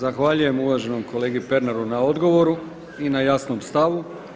Zahvaljujem uvaženom kolegi Pernaru na odgovoru i na jasnom stavu.